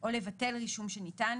או לבטל רישום שניתן,